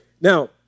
Now